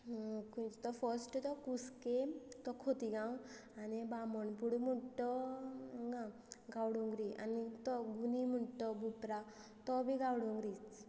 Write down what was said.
खंयचो तो फस्ट तो कुसके तो खोतीगांव आनी बामणपूडो म्हणटा तो हांगा गावडोंगरी आनी तो गुनी म्हणटो बुपरा तो बी गावडोंगरीच